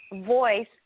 voice